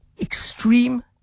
extreme